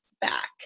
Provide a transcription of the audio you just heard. back